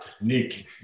Nick